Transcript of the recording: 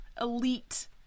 elite